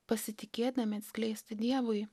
pasitikėdami atskleisti dievui